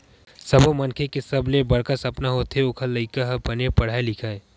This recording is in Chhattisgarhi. सब्बो मनखे के सबले बड़का सपना होथे ओखर लइका ह बने पड़हय लिखय